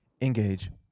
Engage